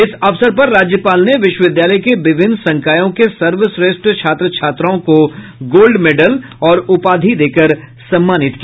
इस अवसर पर राज्यपाल ने विश्वविद्यालय के विभिन्न संकायों के सर्वश्रेष्ठ छात्र छात्राओं को गोल्ड मेडल और उपाधि देकर सम्मानित किया